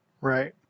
Right